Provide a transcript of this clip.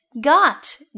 got